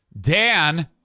Dan